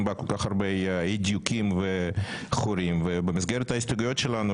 בה כל כך הרבה אי דיוקים וחורים ובמסגרת ההסתייגויות שלנו,